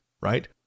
right